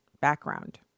background